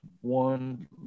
one